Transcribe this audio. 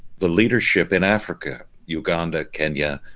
the leadership in africa uganda, kenya,